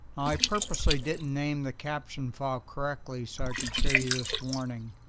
i purposely didn't name the caption file correctly so i could show you this warning.